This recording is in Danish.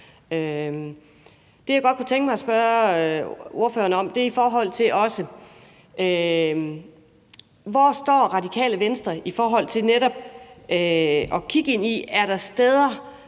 Hvor står Radikale Venstre i forhold til netop at kigge ind i,